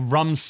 Rum